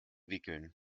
wickeln